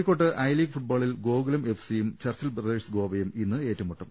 കോഴിക്കോട്ട് I League ഫുട്ബോളിൽ Gokulam F സിയും ചർച്ചിൽ ബ്രദേഴ്സ് ഗോവയും ഇന്ന് ഏറ്റുമുട്ടും